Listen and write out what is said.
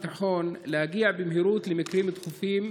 חבר הכנסת יצחק פינדרוס הודיע שהוא לא מגיע בעקבות משהו דחוף.